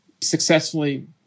successfully